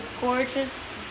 gorgeous